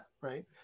right